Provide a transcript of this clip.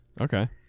Okay